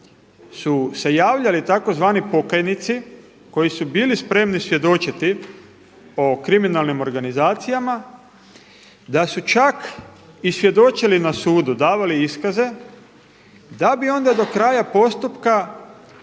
su se javljali tzv. pokajnici koji su bili spremni svjedočiti o kriminalnim organizacijama da su čak i svjedočili na sudu, davali iskaze da bi onda do kraja postupka